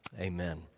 Amen